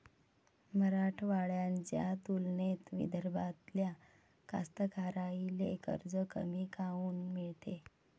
मराठवाड्याच्या तुलनेत विदर्भातल्या कास्तकाराइले कर्ज कमी काऊन मिळते?